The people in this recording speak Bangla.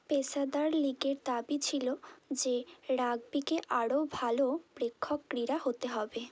পেশাদার লীগের দাবি ছিল যে রাগবিকে আরও ভালো প্রেক্ষক ক্রীড়া হতে হবে